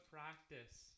practice